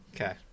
Okay